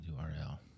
URL